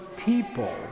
people